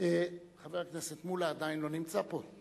חבר הכנסת מולה עדיין לא נמצא פה?